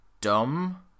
dumb